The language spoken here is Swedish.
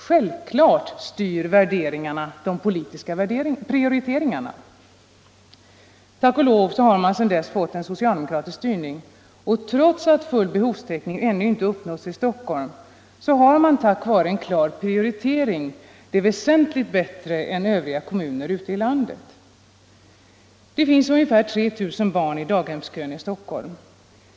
Självfallet styr värderingar de politiska prioriteringarna! Tack och lov har man sedan dess fått en socialdemokratisk styrning, och trots att full behovstäckning ännu inte uppnåtts i Stockholm har man tack vare en klar prioritering det väsentligt bättre än övriga kommuner ute i landet. Det finns ungefär 3 000 barn i daghemskön i Stockholm.